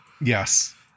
Yes